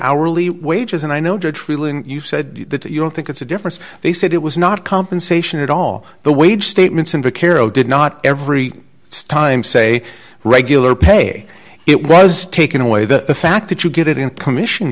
hourly wages and i know you said that you don't think it's a difference they said it was not compensation at all the wage statements invacare oh did not every time say regular pay it was taken away the fact that you